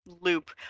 loop